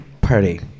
Party